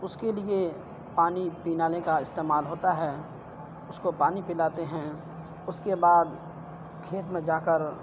اس کے لیے پانی پلانے کا استعمال ہوتا ہے اس کو پانی پلاتے ہیں اس کے بعد کھیت میں جا کر